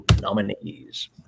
nominees